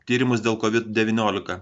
tyrimus dėl kovid devyniolika